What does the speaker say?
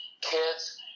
Kids